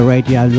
Radio